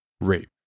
rape